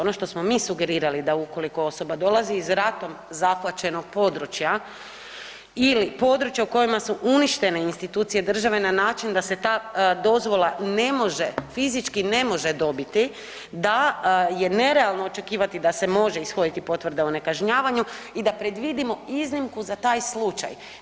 Ono što smo mi sugerirali da ukoliko osoba dolazi iz ratom zahvaćenog područja ili područja u kojima su uništene institucije države na način da se ta dozvola ne može, fizički ne može dobiti, da je nerealno očekivati da se može ishoditi potvrda o nekažnjavanju i da predvidimo iznimku za taj slučaj.